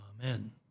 Amen